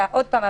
ועוד פעם,